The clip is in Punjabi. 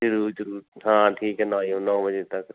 ਜ਼ਰੂਰ ਜ਼ਰੂਰ ਹਾਂ ਠੀਕ ਹੈ ਆਇਓ ਨੌ ਵਜੇ ਤੱਕ